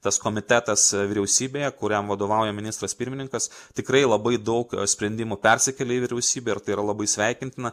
tas komitetas vyriausybėje kuriam vadovauja ministras pirmininkas tikrai labai daug sprendimų persikelia į vyriausybę ir tai yra labai sveikintina